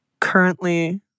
currently